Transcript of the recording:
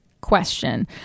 question